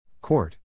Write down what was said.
Court